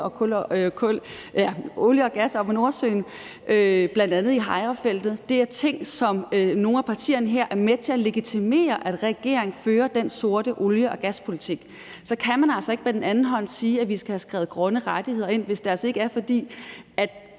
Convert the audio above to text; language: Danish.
at hive mere olie og gas op af Nordsøen, bl.a. i Hejrefeltet. Det er ting, som nogle af partierne her er med til at legitimere, altså at regeringen fører den sorte olie- og gaspolitik, og så kan man altså ikke med den anden hånd sige, at vi skal have skrevet grønne rettigheder ind, hvis det altså ikke er, fordi de